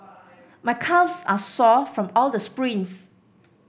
my calves are sore from all the sprints